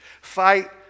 Fight